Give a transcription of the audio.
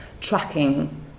tracking